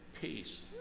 peace